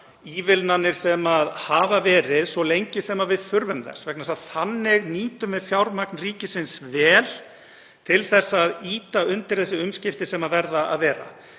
ívilnanir sem hafa verið, svo lengi sem við þurfum þess. Þannig nýtum við fjármagn ríkisins vel til að ýta undir þessi umskipti sem verða að verða.